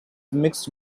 mixed